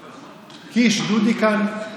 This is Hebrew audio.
קיש, דודי נשאר כאן,